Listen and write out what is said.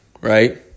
right